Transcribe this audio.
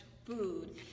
food